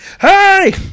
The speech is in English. hey